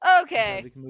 okay